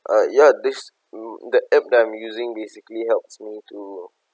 uh ya this that app I'm using basically helps me to